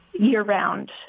year-round